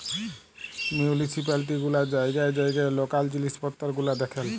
municipality গুলা জাইগায় জাইগায় লকাল জিলিস পত্তর গুলা দ্যাখেল